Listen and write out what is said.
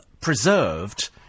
preserved